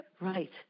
Right